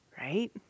Right